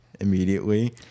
immediately